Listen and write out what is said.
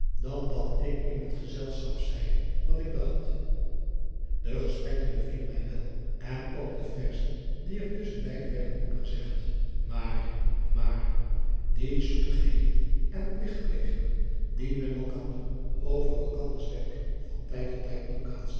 dan dat ik in het gezelschap zeide wat ik dacht e gesprekken bevielen mij wel en ook de verzen die er tusschen beide werden opgezegd maar maar die zoetigheden en pligtplegingen die men elkander over elkanders werk van tijd tot tijd